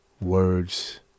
words